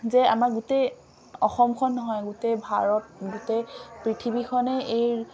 যে আমাৰ গোটেই অসমখন নহয় গোটেই ভাৰত গোটেই পৃথিৱীখনেই এই